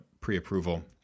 pre-approval